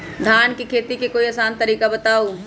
धान के खेती के कोई आसान तरिका बताउ?